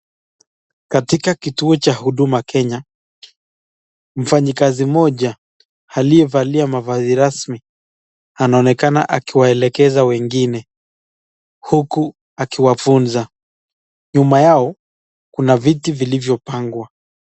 Katika kituo cha huduma Kenya, mfanyikazi mmoja aliyevalia mavazi rasmi anaonekana akiwaelekeza wengine huku akiwafunza nyuma yao kuna viti vilivyopangwa.